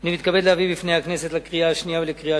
אני מתכבד להביא לפני הכנסת לקריאה שנייה ולקריאה